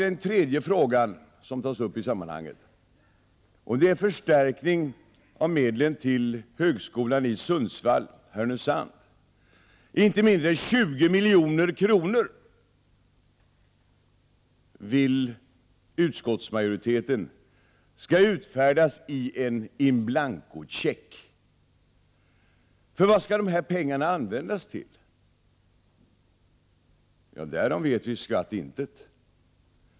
Den tredje frågan i sammanhanget gäller förstärkning av medlen till högskolan i Sundsvall/Härnösand. Utskottsmajoriteten vill att inte mindre än 20 milj.kr. skall utfärdas i en in blanco-check. För vad skall dessa pengar användas till? Därom vet vi intet.